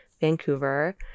Vancouver